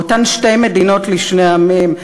באותן שתי מדינות לשני עמים,